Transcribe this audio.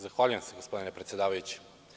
Zahvaljujem se, gospodine predsedavajući.